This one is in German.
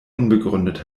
unbegründet